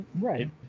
Right